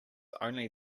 only